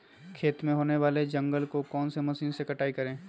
खेत में होने वाले जंगल को कौन से मशीन से कटाई करें?